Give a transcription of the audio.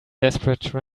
desperate